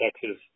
Texas